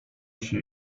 się